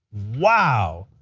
wow.